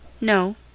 No